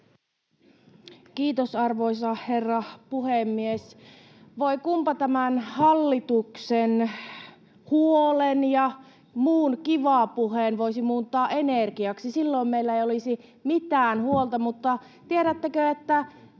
Kiitos, arvoisa herra puhemies! Voi kunpa tämän hallituksen huolen ja muun kivapuheen voisi muuttaa energiaksi, silloin meillä ei olisi mitään huolta. Mutta tiedättekö, että